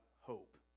hope